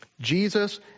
Jesus